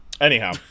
anyhow